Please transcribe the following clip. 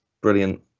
brilliant